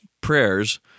prayers